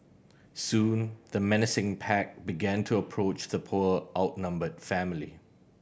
soon the menacing pack began to approach the poor outnumbered family